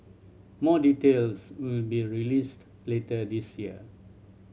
more details will be released later this year